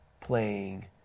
playing